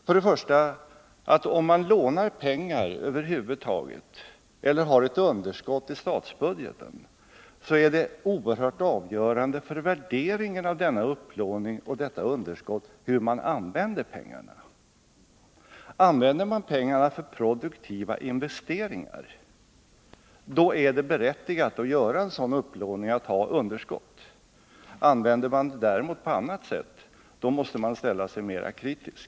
Först och främst visar det att om man lånar pengar eller över huvud taget har ett underskott i statsbudgeten så är det oerhört avgörande för värderingen av denna upplåning och detta underskott hur man använder pengarna. Använder man pengarna för produktiva investeringar, är det berättigat att göra en sådan upplåning och att ha underskott. Använder man däremot pengarna på annat sätt, måste man ställa sig mera kritisk.